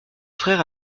frère